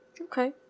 Okay